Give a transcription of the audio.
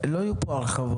לא יהיו פה הרחבות.